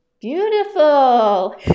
beautiful